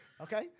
Okay